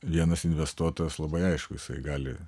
vienas investuotojas labai aišku jisai gali